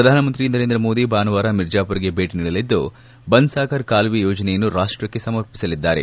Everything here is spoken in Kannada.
ಪ್ರಧಾನಮಂತ್ರಿ ನರೇಂದ್ರ ಮೋದಿ ಭಾನುವಾರ ಮಿರ್ಜಾಪುರ್ ಗೆ ಭೇಟ ನೀಡಲಿದ್ದು ಬನ್ಗಾಗರ್ ಕಾಲುವೆ ಯೋಜನೆಯನ್ನು ರಾಷ್ಟಕ್ಕೆ ಸಮರ್ಪಿಸಲಿದ್ದಾರೆ